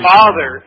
father